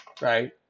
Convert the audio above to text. right